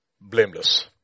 Blameless